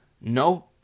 no